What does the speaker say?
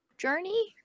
journey